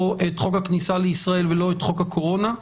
חוק הכניסה לישראל ולא את חוק הקורונה.